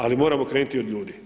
Ali moramo krenuti od ljudi.